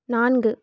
நான்கு